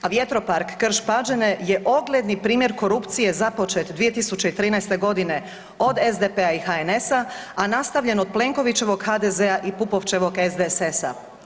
A vjetropark Krš-Pađene je ogledni primjer korupcije započet 2013. godine od SDP-a i HNS-a, a nastavljen od Plenkovićevog HDZ-a i Pupovčevog SDSS-a.